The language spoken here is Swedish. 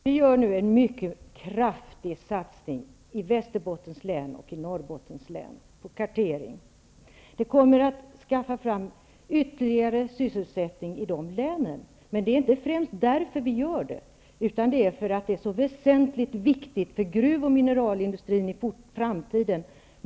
Herr talman! Vi gör nu i Västerbottens län och i Norrbottens län en mycket kraftig satsning på kartering. Det kommer att skaffa fram ytterligare sysselsättning i de länen. Men det är inte främst av den anledningen vi gör denna satsning, utan anledningen är att det här underlaget är så väsentligt viktigt för gruv och mineralindustrin för framtiden.